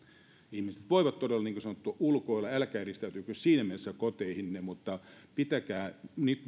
ihmiset voivat todella niin kuin sanottua ulkoilla älkää eristäytykö siinä mielessä koteihinne mutta pitäkää nyt